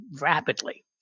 rapidly